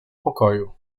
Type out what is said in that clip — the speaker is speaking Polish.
pokoju